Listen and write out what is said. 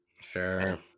Sure